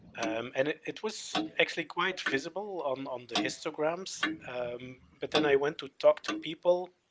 and it it was actually quite visible on on the histograms but then i went to talk to people,